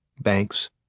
banks